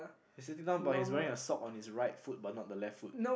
you sitting down wearing a sock on his right foot but not the left foot